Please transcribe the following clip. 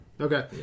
Okay